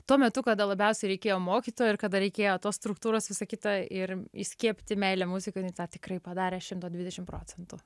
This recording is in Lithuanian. tuo metu kada labiausiai reikėjo mokytojo ir kada reikėjo tos struktūros visa kita ir įskiepyti meilę muzikai tą tikrai padarė šimto dvidešim procentų